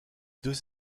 deux